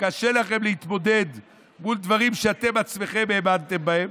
קשה לכם להתמודד מול דברים שאתם עצמכם האמנתם בהם,